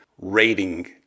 rating